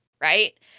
right